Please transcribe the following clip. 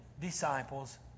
disciples